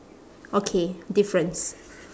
okay difference